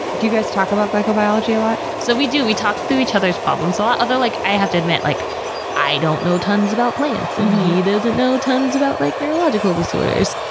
do you guys talk about glycobiology a lot? so we do. we talk through each other's problems a lot. like i have to admit, like i don't know tons about plants, and he doesn't know tons about, like, neurological disorders.